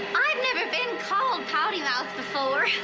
i've never been called pouty-mouth before.